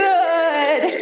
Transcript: Good